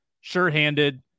sure-handed